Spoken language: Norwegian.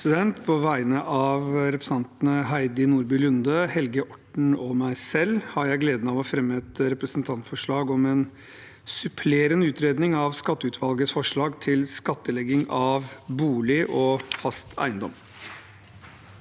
På vegne av repre- sentantene Heidi Nordby Lunde, Helge Orten og meg selv har jeg gleden av å fremme et representantforslag om en supplerende utredning av skatteutvalgets forslag til skattlegging av bolig og fast eiendom.